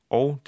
og